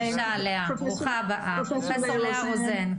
ברוכה הבאה, פרופסור לאה רוזן.